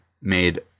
made